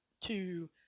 two